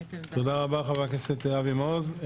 תודה רבה לחבר הכנסת אבי מעוז.